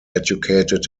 educated